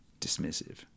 dismissive